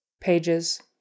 pages